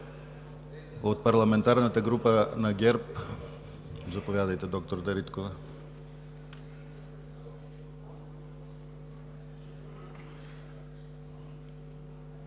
От Парламентарната група на ГЕРБ? Заповядайте, д-р Дариткова.